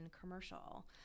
commercial